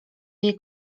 jej